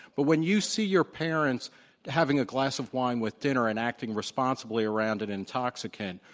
but when you see your parents having a glass of wine with dinner and acting responsibly around an intoxicant,